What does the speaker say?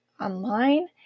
online